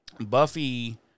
Buffy